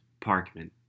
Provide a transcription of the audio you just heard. Parkman